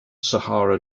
sahara